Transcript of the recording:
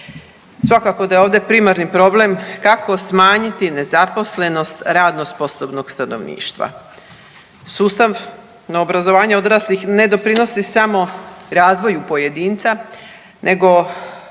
Svakako da je ovdje primarni problem kako smanjiti nezaposlenost radno sposobnog stanovništva. Sustavno obrazovanje odraslih ne doprinosi samo razvoju pojedinca nego odnosno